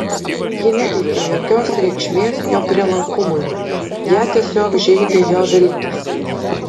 ji neteikė jokios reikšmės jo prielankumui ją tiesiog žeidė jo viltys